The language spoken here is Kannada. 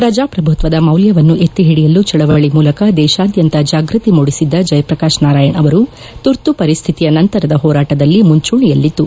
ಪ್ರಜಾಪ್ರಭುತ್ವದ ಮೌಲ್ವವನ್ನು ಎತ್ತಿ ಓಡಿಯಲು ಚಳವಳಿ ಮೂಲಕ ದೇಶಾದ್ಯಂತ ಜಾಗ್ಟತಿ ಮೂಡಿಸಿದ್ದ ಜಯಪ್ರಕಾಶ್ ನಾರಾಯಣ್ ಅವರು ತುರ್ತು ಪರಿಸ್ಥಿತಿಯ ನಂತರದ ಹೋರಾಟದಲ್ಲಿ ಮುಂಜೂಣಿಯಲ್ಲಿದ್ದು